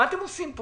מה אתם עושים פה?